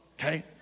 Okay